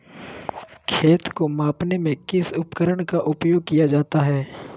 खेत को मापने में किस उपकरण का उपयोग किया जाता है?